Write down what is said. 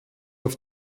auf